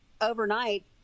overnight